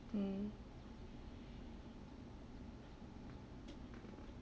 mm